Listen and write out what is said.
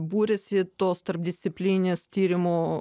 buriasi tos tarpdisciplininės tyrimų